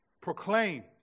Proclaim